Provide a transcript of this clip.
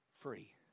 free